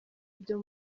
byo